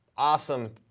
Awesome